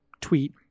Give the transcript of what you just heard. tweet